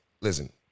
listen